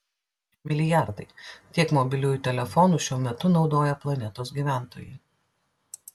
milijardai tiek mobiliųjų telefonų šiuo metu naudoja planetos gyventojai